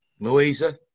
Louisa